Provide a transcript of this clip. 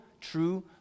true